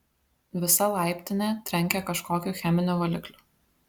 visa laiptinė trenkė kažkokiu cheminiu valikliu